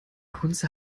kunze